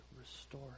restore